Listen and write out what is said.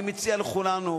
אני מציע לכולנו,